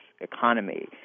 economy